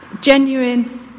genuine